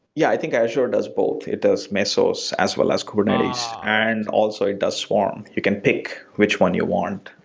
yeah. i think azure does both. it does mesos as well as kubernetes, and also it does swarm. you can pick which one you want.